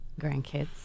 grandkids